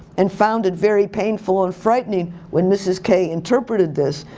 and found it very painful and frightening when mrs. k interpreted this.